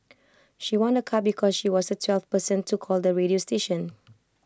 she won A car because she was the twelfth person to call the radio station